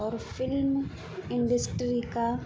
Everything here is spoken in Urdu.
اور فلم انڈسٹری کا